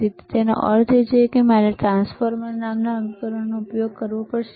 તેથી તેનો અર્થ એ છે કે મારે ટ્રાન્સફોર્મર નામના ઉપકરણનો ઉપયોગ કરવો પડશે